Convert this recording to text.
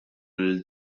lil